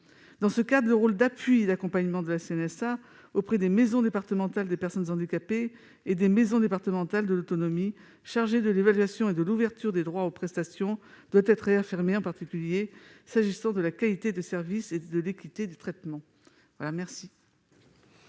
Dans ce cadre, le rôle d'appui et d'accompagnement de la CNSA auprès des maisons départementales des personnes handicapées et des maisons départementales de l'autonomie, chargées de l'évaluation et de l'ouverture des droits aux prestations, doit être réaffirmé, en particulier s'agissant de la qualité de service et de l'équité de traitement. Les